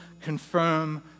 confirm